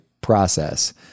process